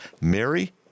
Mary